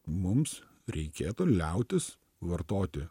mums reikėtų liautis vartoti